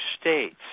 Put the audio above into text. states